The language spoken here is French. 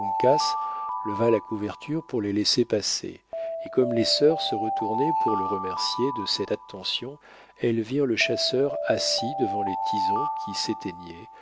leva la couverture pour les laisser passer et comme les sœurs se retournaient pour le remercier de cette attention elles virent le chasseur assis devant les tisons qui s'éteignaient